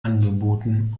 angeboten